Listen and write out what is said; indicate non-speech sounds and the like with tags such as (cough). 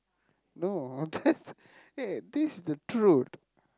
no that (laughs) eh this is the truth